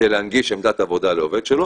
מהמדינה כדי להנגיש עמדת עבודה לעובד שלו,